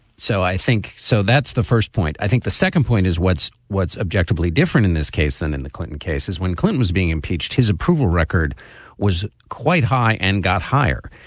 so i think so. that's the first point. i think the second point is what's what's objectively different in this case than in the clinton cases when clinton is being impeached. his approval record was quite high and got higher.